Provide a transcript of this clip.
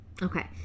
Okay